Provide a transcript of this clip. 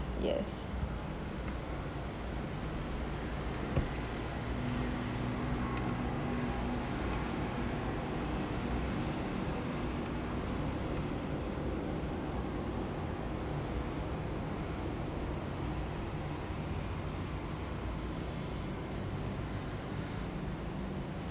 yes